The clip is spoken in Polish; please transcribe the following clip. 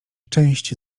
część